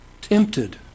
tempted